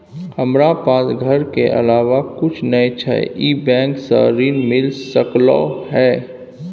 हमरा पास घर के अलावा कुछ नय छै ई बैंक स ऋण मिल सकलउ हैं?